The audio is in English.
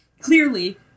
clearly